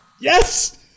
Yes